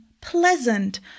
pleasant